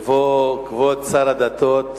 יבוא כבוד שר הדתות,